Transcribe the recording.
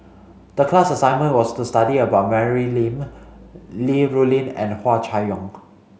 the class assignment was to study about Mary Lim Li Rulin and Hua Chai Yong